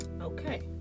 Okay